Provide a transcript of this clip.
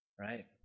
right